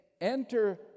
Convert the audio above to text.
enter